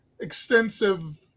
extensive